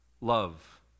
love